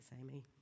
Amy